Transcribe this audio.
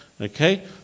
Okay